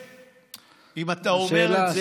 שאלה,